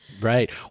Right